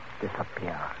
disappear